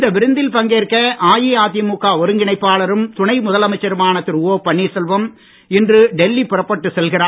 இந்த விருந்தில் பங்கேற்க அஇஅதிமுக ஒருங்கிணைப்பாளரும் துணை முதலமைச்சருமான திரு ஓ பன்னீர்செல்வம் இன்று டெல்லி புறப்பட்டு செல்கிறார்